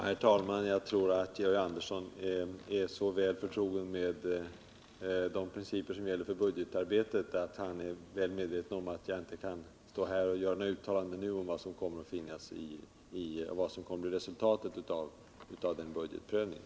Herr talman! Jag tror att Georg Andersson är så väl förtrogen med de principer som gäller för budgetarbetet att han är väl medveten om att jag inte nu kan stå här och göra några uttalanden om vad som kommer att bli resultatet av den kommande budgetprövningen.